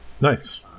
nice